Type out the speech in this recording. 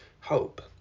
hope